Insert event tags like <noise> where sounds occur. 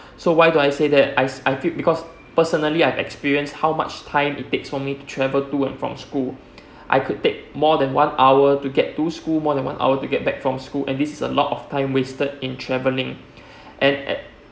so why do I say that I I feel because personally I've experience how much time it takes for me to travel to and from school <breath> I could take more than one hour to get to school more than one hour to get back from school and this is a lot of time wasted in travelling <breath> and at